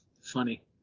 funny